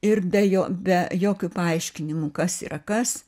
ir be jo be jokių paaiškinimų kas yra kas